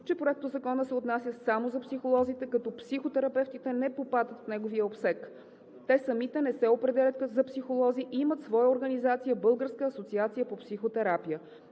че Проектозакона се отнася само за психолозите, като психотерапевтите не попадат в неговия обсег. Те самите не се определят за психолози и имат своя организация – Българска асоциация по психотерапия.